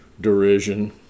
derision